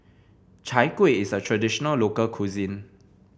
Chai Kueh is a traditional local cuisine